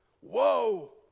Whoa